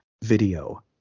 video